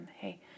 Hey